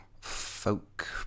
folk